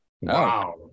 Wow